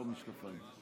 לא משקפיים.